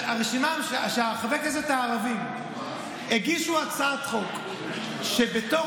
חברי הכנסת הערבים הגישו הצעת חוק שבתוך